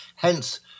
Hence